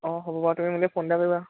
অঁ হ'ব বাৰু তুমি মোলৈ ফোন এটা কৰিবা